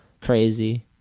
Crazy